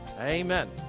Amen